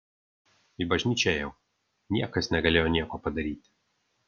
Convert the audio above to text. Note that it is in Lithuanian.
į bažnyčią ėjau niekas negalėjo nieko padaryti